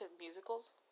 musicals